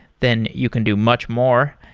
then you can do much more.